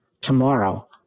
Tomorrow